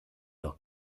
doch